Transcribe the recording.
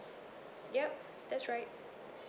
yup that's right